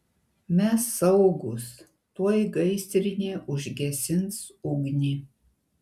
mes saugūs tuoj gaisrinė užgesins ugnį